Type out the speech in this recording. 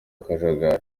akajagari